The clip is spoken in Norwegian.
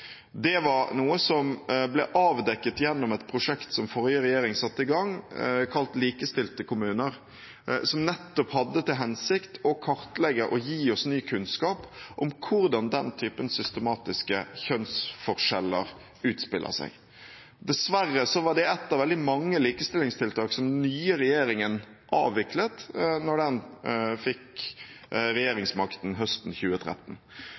Det var noe som ble avdekket gjennom et prosjekt som forrige regjering satte i gang kalt «Likestilte kommuner», som nettopp hadde til hensikt å kartlegge og gi oss ny kunnskap om hvordan den typen systematiske kjønnsforskjeller utspiller seg. Dessverre var det et av veldig mange likestillingstiltak som den nye regjeringen avviklet da den fikk regjeringsmakten høsten 2013.